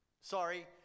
Sorry